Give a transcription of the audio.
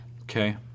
Okay